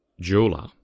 jeweler